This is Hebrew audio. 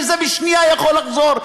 וזה בשנייה יכול לחזור,